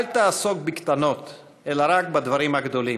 אל תעסוק בקטנות אלא רק בדברים הגדולים,